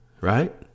right